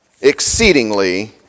exceedingly